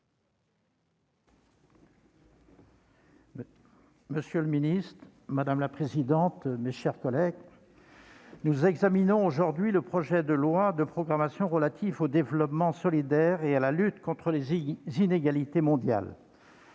monsieur le ministre, mes chers collègues, nous examinons aujourd'hui le projet de loi de programmation relatif au développement solidaire et à la lutte contre les inégalités mondiales.